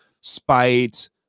spite